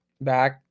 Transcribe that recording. back